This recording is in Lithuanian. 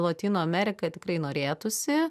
lotynų ameriką tikrai norėtųsi